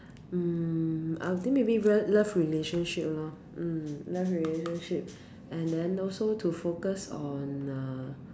mm I'll think maybe love love relationship lor mm love relationship and then also to focus on ah